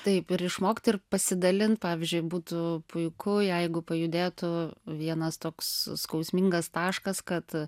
taip ir išmokti ir pasidalint pavyzdžiui būtų puiku jeigu pajudėtų vienas toks skausmingas taškas kad